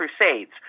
Crusades